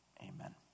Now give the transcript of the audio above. amen